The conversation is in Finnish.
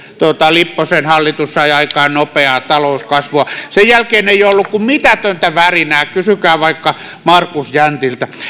lipposen hallitus sai aikaan nopeaa talouskasvua sen jälkeen ei ole ollut kuin mitätöntä värinää kysykää vaikka markus jäntiltä